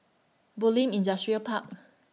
Bulim Industrial Park